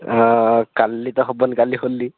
ଆଁ କାଲି ତ ହବନି କାଲି ହୋଲି